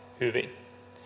hyvin